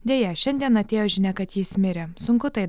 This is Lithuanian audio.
deja šiandien atėjo žinia kad jis mirė sunku tai